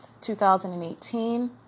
2018